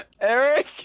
Eric